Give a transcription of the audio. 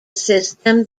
system